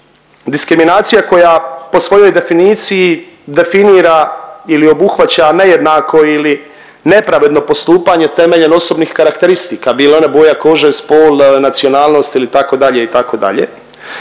diskriminacija koja po svojoj definiciji definira ili obuhvaća nejednako ili nepravedno postupanje temeljem osobnih karakteristika bile one boja kože, spol, nacionalnost ili tako dalje, itd., a